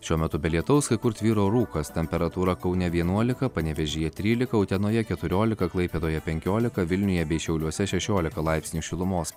šiuo metu be lietaus kai kur tvyro rūkas temperatūra kaune vienuolika panevėžyje trylika utenoje keturiolika klaipėdoje penkiolika vilniuje bei šiauliuose šešiolika laipsnių šilumos